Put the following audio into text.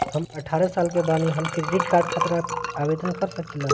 हम अठारह साल के बानी हम क्रेडिट कार्ड खातिर आवेदन कर सकीला?